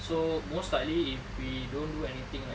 so most likely if we don't do anything like